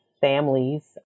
families